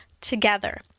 together